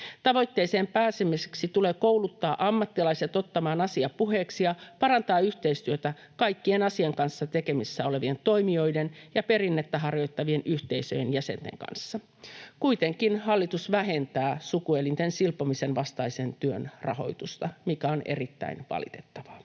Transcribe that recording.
Tavoitteeseen pääsemiseksi tulee kouluttaa ammattilaiset ottamaan asia puheeksi ja parantaa yhteistyötä kaikkien asian kanssa tekemisissä olevien toimijoiden ja perinnettä harjoittavien yhteisöjen jäsenten kanssa. Kuitenkin hallitus vähentää sukuelinten silpomisen vastaisen työn rahoitusta, mikä on erittäin valitettavaa.